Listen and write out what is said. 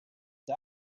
ich